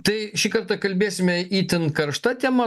tai šį kartą kalbėsime itin karšta tema